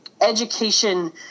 education